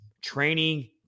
training